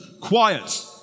quiet